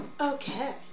Okay